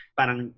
parang